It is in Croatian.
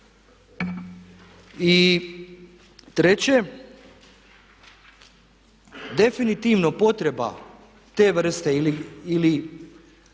I treće. Definitivno potreba te vrste ili